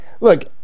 look